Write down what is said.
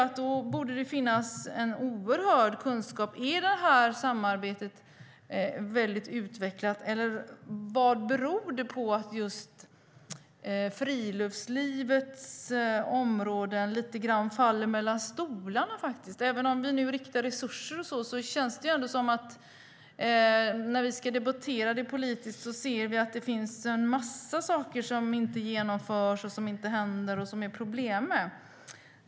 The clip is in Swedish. Då borde det finnas en oerhört stor kunskap. Är detta samarbete utvecklat, eller vad beror det på att just friluftslivet lite grann faller mellan stolarna? Även om det riktas resurser till friluftslivet finns det en massa saker som inte genomförs och som det är problem med.